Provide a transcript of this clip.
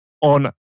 on